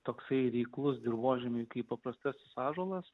toksai reiklus dirvožemiui kaip paprastas ąžuolas